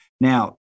Now